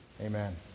Amen